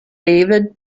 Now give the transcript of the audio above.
david